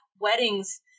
weddings